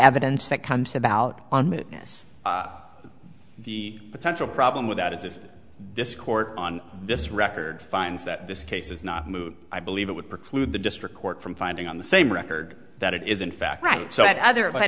evidence that comes about on mootness the potential problem with that is if this court on this record finds that this case is not moot i believe it would preclude the district court from finding on the same record that it is in fact right so that other but